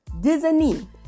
Disney